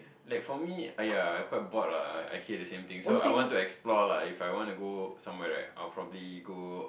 like for me !aiya! I quite bored ah I hear the same thing so I want to explore lah so if I wanna go somewhere then I'll probably go